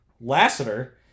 Lassiter